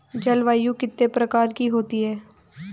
जलवायु कितने प्रकार की होती हैं?